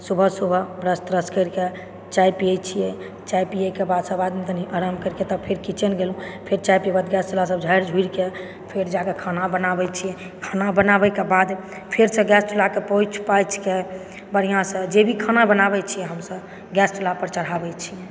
सुबह सुबह ब्रश त्रस करिकऽ चाय पियै छियै चाय पियैके बाद सब आदमी कनि आराम करके तब फेर किचन गेलहुॅं फेर चाय वाला चुल्हा सबके झाड़ झुड़ि कऽ फेर जाकऽ खाना बनाबै छी खाना बनाबयके बाद फेरसँ गैस चुल्हाके पोछ पाछिके बढिऑंसँ जे भी खाना बनाबै छी हमसब गैस चुल्हा पर चढ़ाबै छी